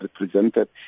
represented